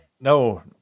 No